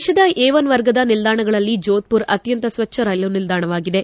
ದೇಶದ A one ವರ್ಗದ ನಿಲ್ದಾಣಗಳಲ್ಲಿ ಜೋಧಪುರ್ ಅತ್ಯಂತ ಸ್ವಚ್ಛ ರೈಲು ನಿಲ್ದಾಣವಾಗಿದೆ